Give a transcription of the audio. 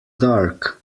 dark